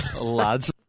Lads